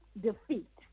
defeat